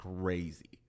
crazy